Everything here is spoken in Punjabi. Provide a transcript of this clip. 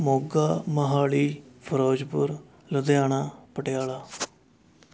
ਮੋਗਾ ਮੋਹਾਲੀ ਫਿਰੋਜ਼ਪੁਰ ਲੁਧਿਆਣਾ ਪਟਿਆਲਾ